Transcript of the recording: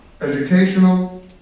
educational